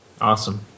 awesome